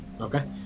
Okay